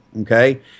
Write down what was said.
Okay